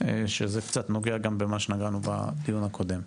שזה קצת נוגע גם במה שנגענו בדיון הקודם.